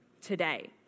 today